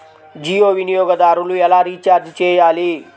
జియో వినియోగదారులు ఎలా రీఛార్జ్ చేయాలి?